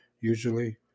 usually